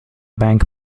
bank